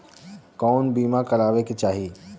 कउन बीमा करावें के चाही?